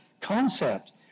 concept